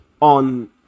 on